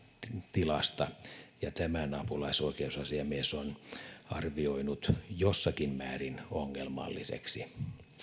tilasta ja tämän apulaisoikeusasiamies on arvioinut jossakin määrin ongelmalliseksi